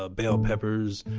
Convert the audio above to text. ah bell peppers,